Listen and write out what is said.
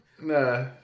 Nah